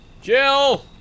Jill